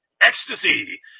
ecstasy